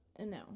no